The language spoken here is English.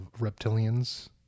reptilians